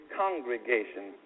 congregation